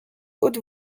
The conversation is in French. haute